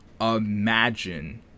imagine